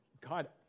God